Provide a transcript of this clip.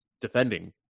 defending